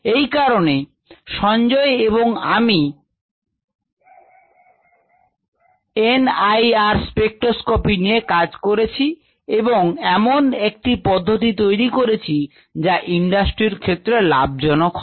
এই কারণে সঞ্জয় এবং আমি এন আই আর স্পেকট্রোস্কপি নিয়ে কাজ করেছি এবং এমন একটি পদ্ধতি তৈরি করেছি যা ইন্ডাস্ট্রির ক্ষেত্রে লাভজনক হবে